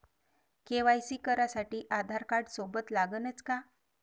KYC करासाठी आधारकार्ड सोबत लागनच का?